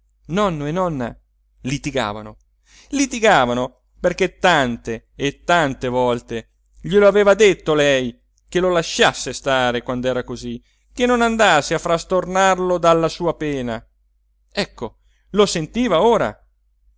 nonno e nonna litigavano litigavano perché tante e tante volte glielo aveva detto lei che lo lasciasse stare quand'era così che non andasse a frastornarlo dalla sua pena ecco lo sentiva ora